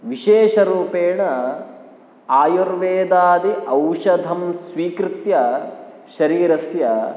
विशेषरूपेण आयुर्वेदादि औषधं स्वीकृत्य शरीरस्य